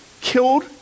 killed